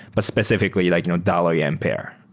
but specifically like you know dollar-yen pair,